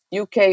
UK